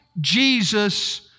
Jesus